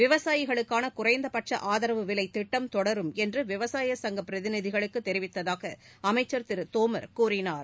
விவசாயிகளுக்கானகுறைந்தபட்சஆதரவு விலைதிட்டம் தொடரும் என்றுவிவசாயசங்கபிரதிநிதிகளுக்குத் தெரிவித்ததாகஅமைச்சர் திருதோமர் கூறினார்